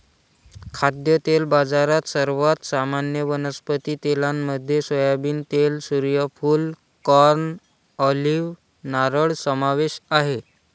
खाद्यतेल बाजारात, सर्वात सामान्य वनस्पती तेलांमध्ये सोयाबीन तेल, सूर्यफूल, कॉर्न, ऑलिव्ह, नारळ समावेश आहे